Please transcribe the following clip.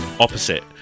Opposite